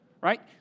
right